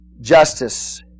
justice